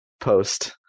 post-